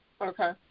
Okay